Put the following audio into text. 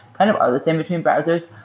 kind of all the same between browsers.